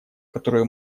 которую